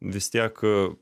vis tiek